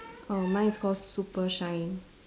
oh mine is call super shine